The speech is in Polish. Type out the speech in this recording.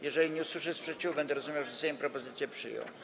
Jeżeli nie usłyszę sprzeciwu, będę rozumiał, że Sejm propozycję przyjął.